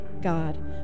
God